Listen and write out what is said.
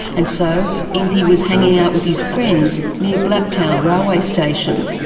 and so einpwy was hanging out with his friends near blacktown railway station.